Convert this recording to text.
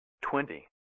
twenty